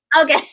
Okay